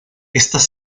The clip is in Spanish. estas